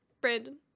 brandon